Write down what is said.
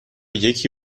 یکی